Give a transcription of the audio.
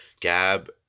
Gab